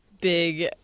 big